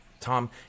tom